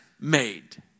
made